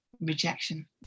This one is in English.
rejection